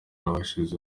bashitse